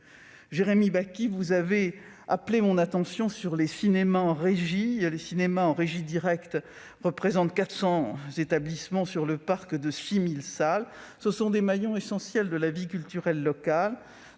Jérémy Bacchi, vous avez appelé mon attention sur les cinémas en régie directe, qui représentent 400 établissements sur le parc de 6 000 salles. Ce sont des maillons essentiels de la vie culturelle locale,